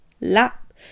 lap